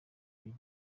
rero